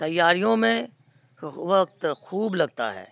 تیاریوں میں وقت خوب لگتا ہے